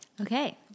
Okay